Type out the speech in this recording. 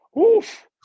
Oof